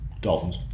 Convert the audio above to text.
Dolphins